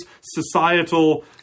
societal